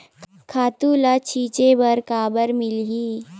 खातु ल छिंचे बर काबर मिलही?